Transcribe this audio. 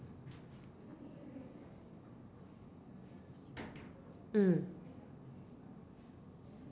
mm